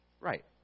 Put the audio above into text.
Right